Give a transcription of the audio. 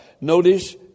Notice